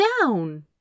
down